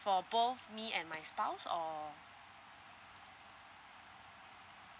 for both me and my spouse or